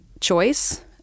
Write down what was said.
choice